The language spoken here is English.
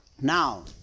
Now